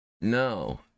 no